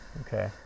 okay